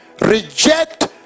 reject